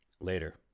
Later